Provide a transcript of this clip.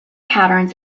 patterns